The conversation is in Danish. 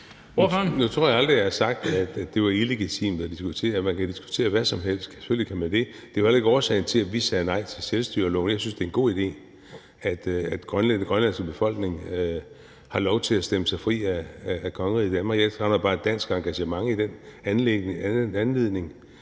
Nu tror jeg aldrig, jeg har sagt, at det var illegitimt at diskutere, for man kan diskutere hvad som helst – selvfølgelig kan man det. Det var heller ikke årsagen til, at vi sagde nej til selvstyreloven, for jeg synes, det er en god idé, at den grønlandske befolkning har lov til at stemme sig fri af kongeriget Danmark. Jeg savner bare et dansk engagement i den anledning,